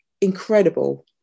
incredible